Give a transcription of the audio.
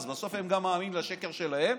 בסוף גם מאמינים לשקר שלהם,